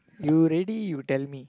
you ready you tell me